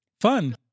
Fun